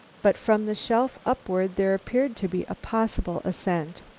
but from the shelf upward there appeared to be a possible ascent.